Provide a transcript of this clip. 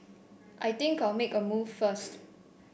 I think I'll make a move first